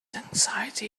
anxiety